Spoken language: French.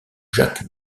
jacques